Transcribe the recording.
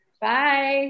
Bye